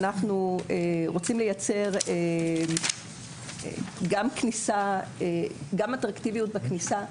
אנחנו רוצים לייצר גם אטרקטיביות בכניסה,